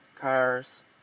cars